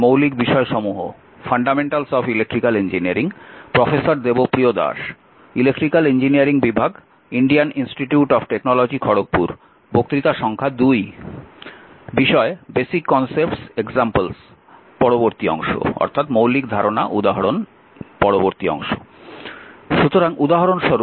মৌলিক ধারণা উদাহরণ পরবর্তী অংশ সুতরাং উদাহরণস্বরূপ এই V12 এবং V21